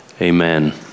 Amen